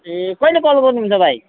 ए कहिले कल गर्नुहुन्छ भाइ